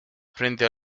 frente